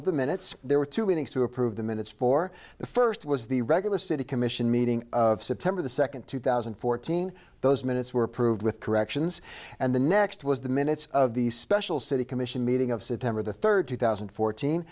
of the minutes there were two meetings to approve the minutes for the first was the regular city commission meeting of september the second two thousand and fourteen those minutes were approved with corrections and the next was the minutes of the special city commission meeting of september the third two thousand and fourteen